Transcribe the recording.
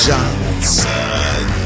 Johnson